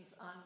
on